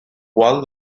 gual